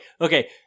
Okay